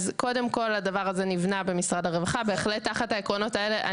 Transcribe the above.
אז קודם כל הדבר הזה נבנה במשרד הרווחה בהחלט תחת העקרונות האלה,